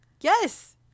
Yes